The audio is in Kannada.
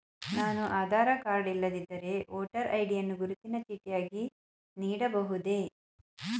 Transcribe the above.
ನಾನು ಆಧಾರ ಕಾರ್ಡ್ ಇಲ್ಲದಿದ್ದರೆ ವೋಟರ್ ಐ.ಡಿ ಯನ್ನು ಗುರುತಿನ ಚೀಟಿಯಾಗಿ ನೀಡಬಹುದೇ?